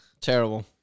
Terrible